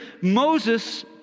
Moses